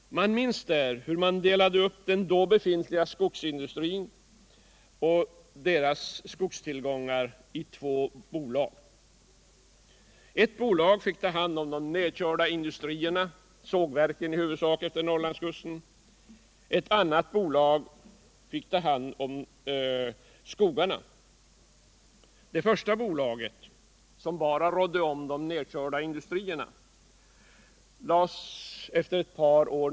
Man minns där hur den då befintliga skogsindustrin och dess tillgångar delades upp i två bolag. Ett bolag fick ta hand om de nedkörda industrierna, i huvudsak sågverken efter Norrlandskusten, och ett annat bolag fick ta hand om skogarna. Det bolag som bara rådde om de nedkörda industrierna lades ned efter ett par år.